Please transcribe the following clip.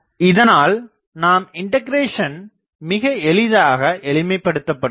இதனால் நமது இன்டகிரேஷன் மிக எளிதாக எளிமைப்படுத்தபடுகிறது